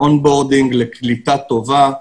און בורדינג לקליטה טובה.